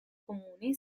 comune